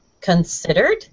Considered